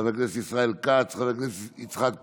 חבר הכנסת ישראל כץ, חבר הכנסת יצחק פינדרוס,